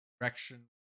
direction